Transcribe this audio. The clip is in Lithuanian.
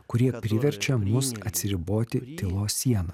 kurie priverčia mus atsiriboti tylos siena